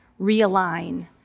realign